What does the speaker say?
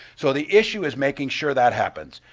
so the issue is making sure that happens.